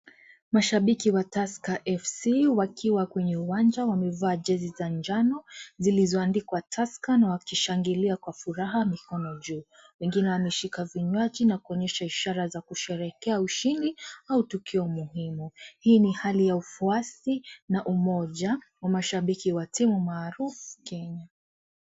Mashabiki wa Tusker FC wakiwa kwenye uwanja wamevaa jezi za njano zilizoandikwa Tusker na wakishangilia kwa furaha mikono juu. Wengine wameshika vinywaji na kuonyesha ishara za kusherehekea ushindi au tukio muhimu. Hii ni hali ya ufuasi na umoja wa mashabiki wa timu maarufu Kenya.